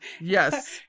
yes